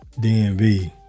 DMV